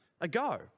ago